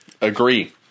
agree